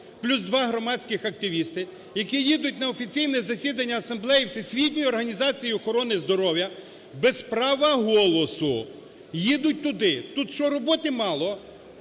плюс два громадські активісти, які їдуть на офіційне засідання Асамблеї Всесвітньої організації охорони здоров'я без права голосу, їдуть туди. Тут що, роботи мало?